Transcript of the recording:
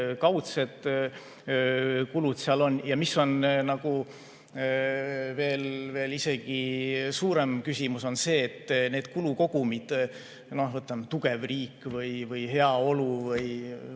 kaudsed kulud seal on. Ja mis on isegi suurem küsimus, on see, et need kulu kogumid – näiteks tugev riik või heaolu või